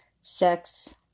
Sex